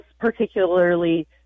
particularly